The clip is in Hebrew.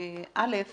א',